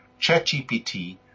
ChatGPT